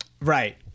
right